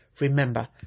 Remember